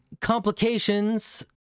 complications